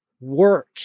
work